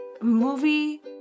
movie